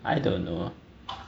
I don't know